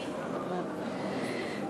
גברתי, בבקשה.